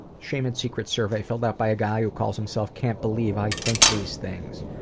shame and secrets survey filled out by a guy who calls himself, can't believe i think these things.